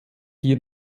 hier